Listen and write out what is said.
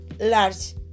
large